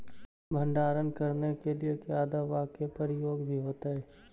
भंडारन करने के लिय क्या दाबा के प्रयोग भी होयतय?